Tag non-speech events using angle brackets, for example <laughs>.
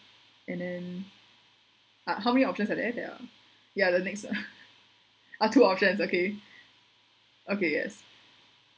and then ah how many options are there ya ya the next one <laughs> ah two options okay okay yes